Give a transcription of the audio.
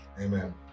Amen